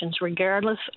regardless